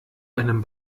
einem